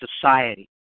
society